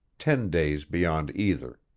ten days beyond either,